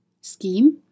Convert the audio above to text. scheme